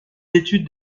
études